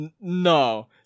no